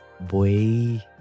Boy